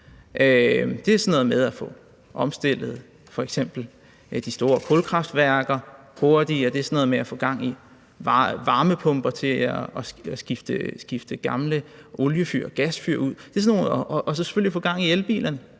f.eks. sådan noget med at få omstillet de store kulkraftværker hurtigere; det er sådan noget med at få gang i varmepumper, altså skifte gamle oliefyr og gasfyr ud med dem; og så selvfølgelig at få gang i elbilerne.